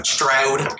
Stroud